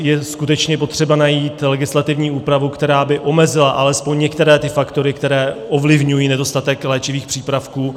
Je skutečně potřeba najít legislativní úpravu, která by omezila alespoň některé ty faktory, které ovlivňují nedostatek léčivých přípravků.